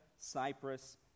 Cyprus